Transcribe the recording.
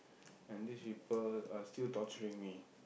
and these people are still torturing me